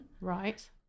Right